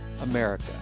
America